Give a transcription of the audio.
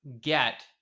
get